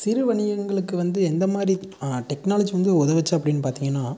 சிறு வணிகங்களுக்கு வந்து எந்த மாதிரி டெக்னாலஜி வந்து உதவுச்சு அப்படின் பார்த்திங்கனா